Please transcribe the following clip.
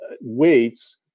weights